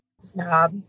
Snob